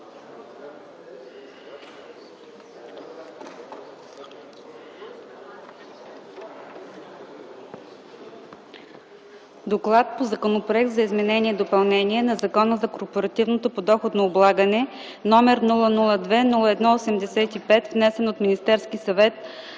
относно Законопроект за изменение и допълнение на Закона за корпоративното подоходно облагане, № 002 01 85, внесен от Министерския съвет